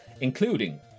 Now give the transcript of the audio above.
including